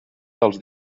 dels